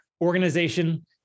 organization